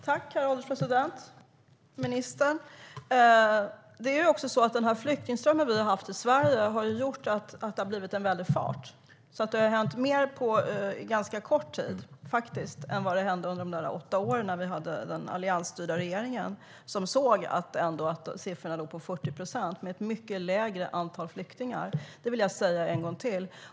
Herr ålderspresident! Ministern! Det är också så att den flyktingström som vi har haft i Sverige har gjort att det har blivit en väldig fart. Det har hänt mer på ganska kort tid än vad som hände under de åtta åren med den alliansstyrda regeringen som ändå såg att siffrorna låg på 40 procent, med ett mycket lägre antal flyktingar. Det vill jag säga en gång till.